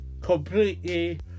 completely